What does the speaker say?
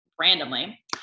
Randomly